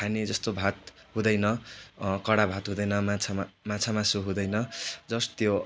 खाने जस्तो भात हुँदैन कडा भात हुँदैन माछा मासु हुँदैन जस्ट त्यो